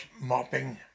mopping